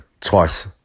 twice